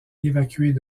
évacués